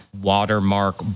watermark